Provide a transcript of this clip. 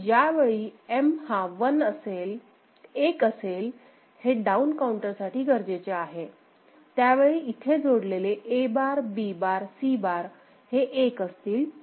आणि ज्यावेळी M हा 1 असेल हे डाउन काउंटर साठी गरजेचे आहे त्यावेळी इथे जोडलेले A बार B बारC बार हे 1 असतील